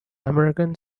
american